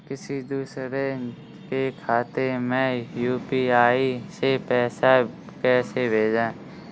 किसी दूसरे के खाते में यू.पी.आई से पैसा कैसे भेजें?